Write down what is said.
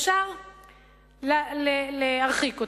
אפשר להרחיק אותו,